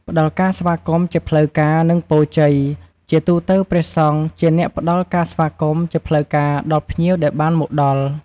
ព្រះអង្គអាចសូត្រធម៌បន្តិចបន្តួច ឬពោលពាក្យ ប្រគេនពរជ័យ ដើម្បីញ៉ាំងឲ្យភ្ញៀវមានសេចក្ដីសុខ សិរីសួស្ដី និងជោគជ័យគ្រប់ភារកិច្ច។